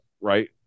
right